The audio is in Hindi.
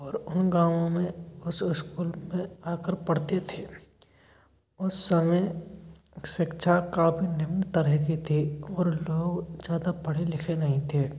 और उन गाँवों में उस इस्कूल में आकर पढ़ते थे उस समय शिक्षा काफ़ी निम्न तरह की थी और लोग ज़्यादा पढ़े लिखे नहीं थे